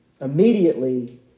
Immediately